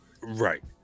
Right